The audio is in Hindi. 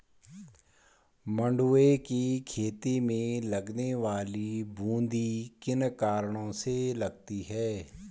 मंडुवे की खेती में लगने वाली बूंदी किन कारणों से लगती है?